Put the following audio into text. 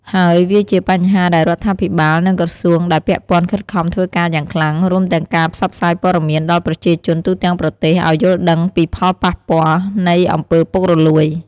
ហើយវាជាបញ្ហាដែលរដ្ឋាភិបាល និងក្រសួងដែលពាក់ព័ន្ធខិតខំធ្វើការយ៉ាងខ្លាំង រួមទាំងការផ្សព្វផ្សាយព័ត៌មានដល់ប្រជាជនទូទាំងប្រទេសឲ្យយល់ដឹងពីផលប៉ះពាល់នៃអំពើរពុករលូយ។